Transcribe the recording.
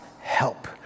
help